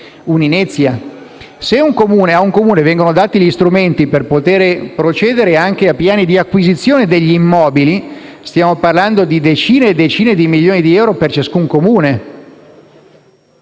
un'inezia. Se a un Comune vengono dati gli strumenti per poter procedere anche a piani di acquisizione degli immobili, si parla di svariate decine di milioni di euro per ciascun Comune.